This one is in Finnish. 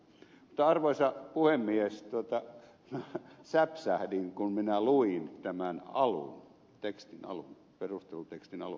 mutta arvoisa puhemies minä säpsähdin kun minä luin tämä tekstin alun perustelutekstin alun